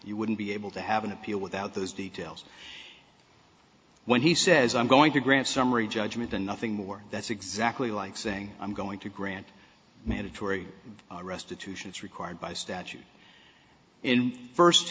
you wouldn't be able to have an appeal without those details when he says i'm going to grant summary judgment than nothing more that's exactly like saying i'm going to grant mandatory restitution it's required by statute in first